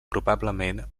probablement